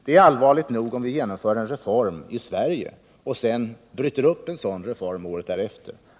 Det är allvarligt nog om vi i Sverige genomför en reform och sedan året därefter stoppar den.